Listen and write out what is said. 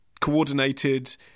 coordinated